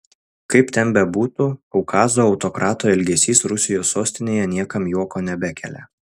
kaip ten bebūtų kaukazo autokrato elgesys rusijos sostinėje niekam juoko nebekelia